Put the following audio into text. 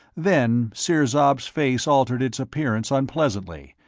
then sirzob's face altered its appearance unpleasantly,